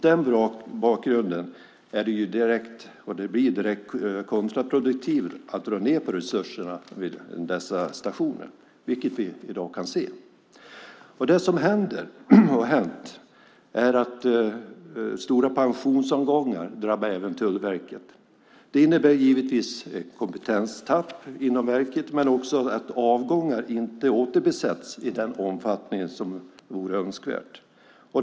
Det blir direkt kontraproduktivt att dra ned på resurserna vid dessa stationer, vilket vi i dag kan se. Stora pensionsavgångar drabbar även Tullverket. Det innebär givetvis ett kompetenstapp inom verket men också att avgångar inte återbesätts i den omfattning som vore önskvärt.